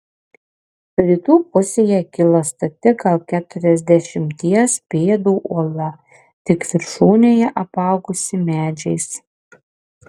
rytų pusėje kilo stati gal keturiasdešimties pėdų uola tik viršūnėje apaugusi medžiais